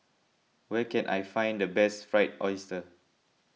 where can I find the best Fried Oyster